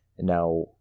Now